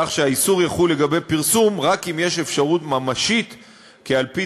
כך שהאיסור יחול לגבי פרסום רק אם יש אפשרות ממשית כי על-פי